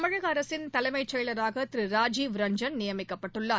தமிழக அரசின் தலைமைச்செயலராக திரு ராஜீவ் ரஞ்சன் நியமிக்கப்பட்டுள்ளார்